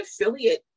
affiliate